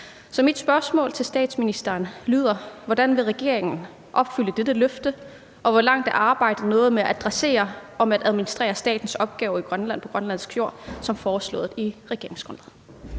mit spørgsmål til statsministeren lyder: Hvordan vil regeringen opfylde dette løfte, og hvor langt er arbejdet nået med at adressere det med at administrere statens opgaver i Grønland på grønlandsk jord som foreslået i regeringsgrundlaget?